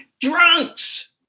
drunks